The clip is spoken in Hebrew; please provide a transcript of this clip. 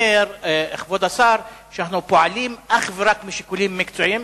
כבוד השר אומר: אנחנו פועלים אך ורק משיקולים מקצועיים.